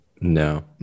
No